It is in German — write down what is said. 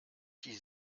die